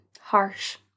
harsh